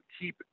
keep